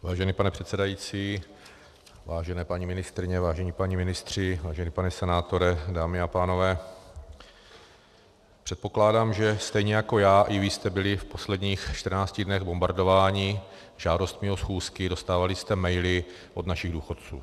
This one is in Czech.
Vážený pane předsedající, vážené paní ministryně, vážení páni ministři, vážený pane senátore, dámy a pánové, předpokládám, že stejně jako já, i vy jste byli v posledních 14 dnech bombardováni žádostmi o schůzky, dostávali jste maily od našich důchodců.